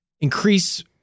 increase